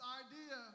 idea